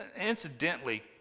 Incidentally